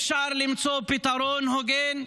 אפשר למצוא פתרון הוגן,